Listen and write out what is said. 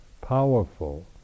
powerful